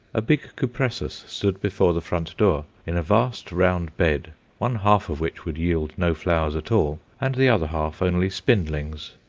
a big cupressus stood before the front door, in a vast round bed one half of which would yield no flowers at all, and the other half only spindlings.